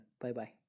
bye-bye